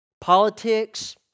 Politics